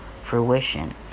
fruition